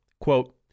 Quote